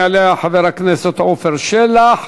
יעלה חבר הכנסת עפר שלח,